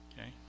okay